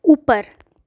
उप्पर